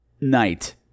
night